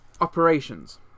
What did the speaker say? Operations